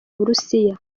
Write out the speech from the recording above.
burusiya